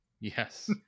Yes